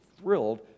thrilled